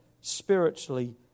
spiritually